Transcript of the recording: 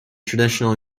traditional